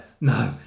no